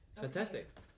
fantastic